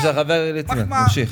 בבקשה, חבר הכנסת ליצמן, תמשיך.